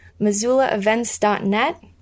MissoulaEvents.net